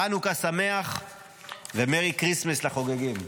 חנוכה שמח ו-Merry Christmas לחוגגים.